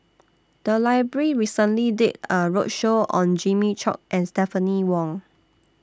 The Library recently did A roadshow on Jimmy Chok and Stephanie Wong